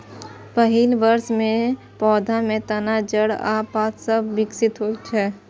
पहिल वर्ष मे पौधा मे तना, जड़ आ पात सभ विकसित होइ छै